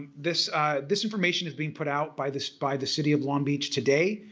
this this information is being put out by this by the city of long beach today.